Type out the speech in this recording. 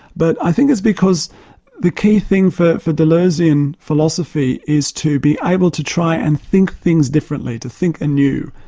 but i think it's because the key thing for for deleuzean philosophy is to be able to try and think things differently, to think anew.